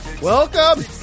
Welcome